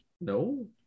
No